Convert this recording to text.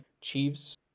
Chiefs